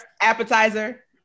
appetizer